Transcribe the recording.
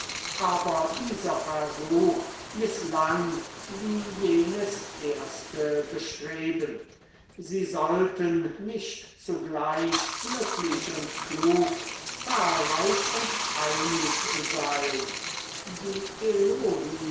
aber dieser versuch mißlang wie jenes erste bestreben sie sollten nicht zugleich glücklich und klug zahlreich und einig sein die